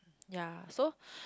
ya so